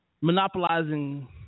monopolizing